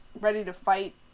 ready-to-fight